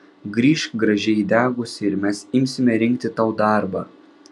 grįžk gražiai įdegusi ir mes imsime rinkti tau darbą